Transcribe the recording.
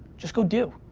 just go do.